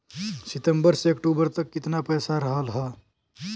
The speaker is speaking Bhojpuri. सितंबर से अक्टूबर तक कितना पैसा रहल ह?